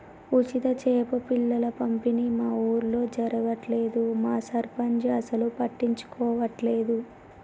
ఉచిత చేప పిల్లల పంపిణీ మా ఊర్లో జరగట్లేదు మా సర్పంచ్ అసలు పట్టించుకోవట్లేదు